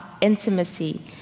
intimacy